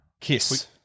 kiss